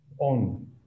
on